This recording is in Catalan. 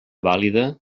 vàlida